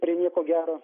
prie nieko gero